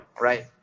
right